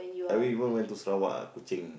I went even went to Sarawak Kuching